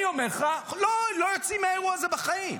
אני אומר לך, לא היו יוצאים מהאירוע הזה בחיים.